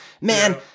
man